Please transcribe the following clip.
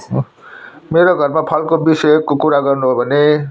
मेरो घरमा फलको विषयको कुरा गर्नु हो भने